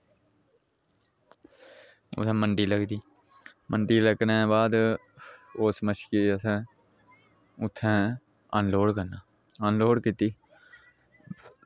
ओह्दे बाद मंडी लगदी मंडी लग्गने दे बाद उस मच्छियें गी असें उत्थेै अनलोड करना अनलोड कीती